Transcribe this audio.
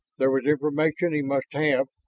there was information he must have.